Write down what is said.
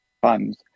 funds